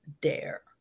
dare